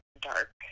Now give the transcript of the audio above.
dark